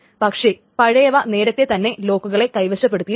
പക്ഷേ പഴയവ നേരത്തെതന്നെ ലോക്കുകളെ കൈവശപ്പെടുത്തിയിട്ടുണ്ട്